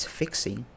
fixing